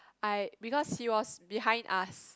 I because he was behind us